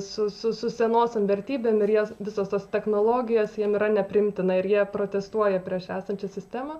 su su senosiom vertybėm ir jos visos tos technologijos jiems yra nepriimtina ir jie protestuoja prieš esančią sistemą